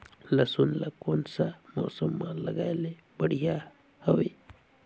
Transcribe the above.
लसुन ला कोन सा मौसम मां लगाय ले बढ़िया हवे?